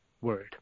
Word